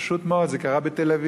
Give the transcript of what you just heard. פשוט מאוד, זה קרה בתל-אביב.